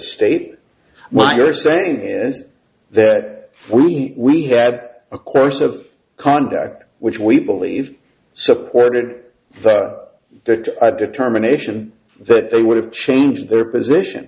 state what you're saying is that we we have a course of conduct which we believe supported that determination that they would have changed their position